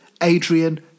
Adrian